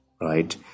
right